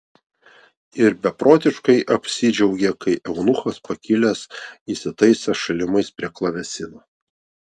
ir beprotiškai apsidžiaugė kai eunuchas pakilęs įsitaisė šalimais prie klavesino